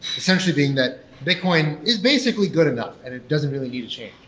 essentially being that bitcoin is basically good enough and it doesn't really need to change.